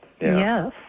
yes